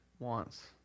wants